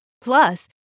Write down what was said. Plus